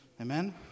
Amen